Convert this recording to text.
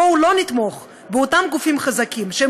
בואו לא נתמוך באותם גופים חזקים שהם